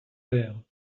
paires